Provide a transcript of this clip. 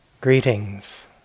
Greetings